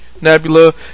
nebula